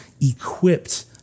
equipped